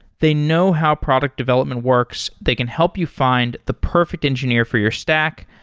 they know how product development works. they can help you find the perfect engineer for your stack,